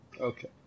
Okay